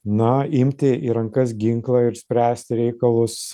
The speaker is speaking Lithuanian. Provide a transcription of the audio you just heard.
na imti į rankas ginklą ir spręsti reikalus